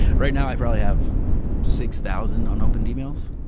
right now, i probably have six thousand unopened emails.